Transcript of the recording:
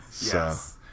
Yes